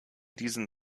diesen